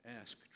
ask